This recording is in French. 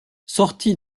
sorti